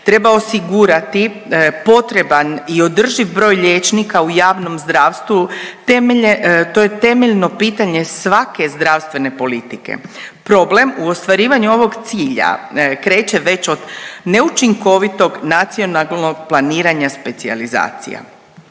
Treba osigurati potreban i održiv broj liječnika u javnom zdravstvu. To je temeljno pitanje svake zdravstvene politike. Problem u ostvarivanju ovog cilja kreće već od neučinkovitog nacionalnog planiranja specijalizacija.